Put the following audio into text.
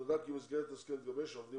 נודע כי במסגרת ההסכם המתגבש העובדים